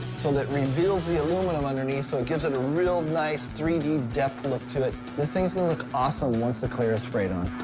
so that reveals the aluminum underneath, so it gives it a real nice three d depth look to it. this thing's gonna look awesome once the clear is sprayed on.